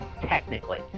technically